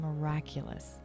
miraculous